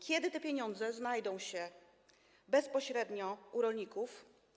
Kiedy te pieniądze znajdą się bezpośrednio u rolników?